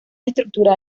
estructura